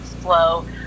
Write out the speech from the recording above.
slow